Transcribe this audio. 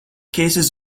cases